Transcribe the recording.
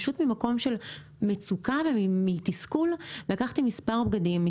פשוט ממקום של מצוקה ומתסכול לקחתי מספר בגדים,